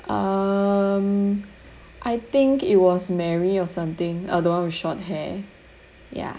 um I think it was mary or something uh the [one] with the short hair ya